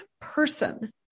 person